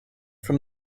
from